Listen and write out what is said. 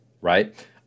right